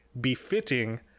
befitting